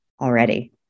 already